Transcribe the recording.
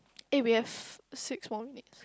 eh we have six more minutes